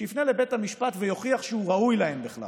שיפנה לבית המשפט ויוכיח שהוא ראוי להן בכלל,